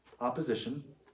opposition